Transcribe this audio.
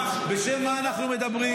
בשם מה אנחנו מדברים?